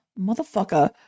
motherfucker